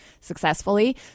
successfully